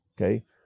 okay